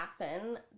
happen